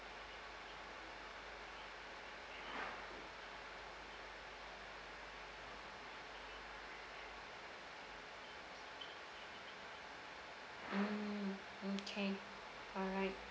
mm okay alright